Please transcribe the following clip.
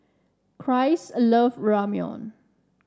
Christ loves Ramyeon